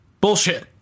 Bullshit